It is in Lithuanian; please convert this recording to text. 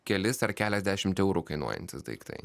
kelis ar keliasdešimt eurų kainuojantys daiktai